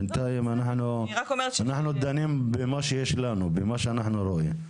בנתיים אנחנו דנים במה שיש לנו, במה שאנחנו רואים.